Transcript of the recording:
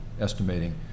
estimating